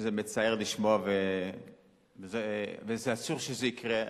שזה מצער לשמוע ואסור שזה יקרה.